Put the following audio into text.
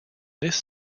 this